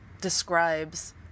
describes